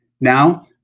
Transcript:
Now